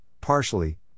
partially